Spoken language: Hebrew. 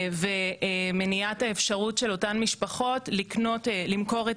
ומניעת האפשרות של אותן משפחות למכור את